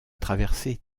traversé